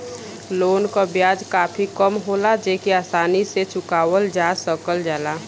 loan क ब्याज काफी कम होला जेके आसानी से चुकावल जा सकल जाला